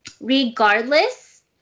regardless